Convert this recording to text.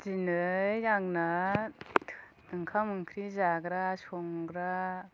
दिनै आंना ओंखाम ओंख्रि जाग्रा संग्रा